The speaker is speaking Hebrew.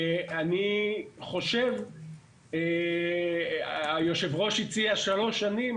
אני חושב, יושב הראש הציע שלוש שנים.